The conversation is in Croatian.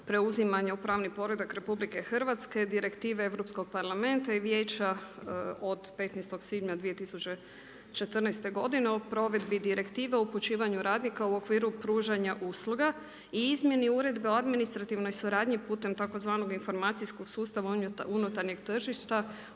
preuzimanja u pravni poredak RH, Direktive Europskog parlamenta i Vijeća od 15. svibnja 2014. godine o provedbi Direktive upućivanju radnika u okviru pružanja usluga. I izmjene Uredbe o administrativnoj suradnji putem tzv. informacijskog sustava unutarnjeg tržišta,